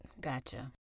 Gotcha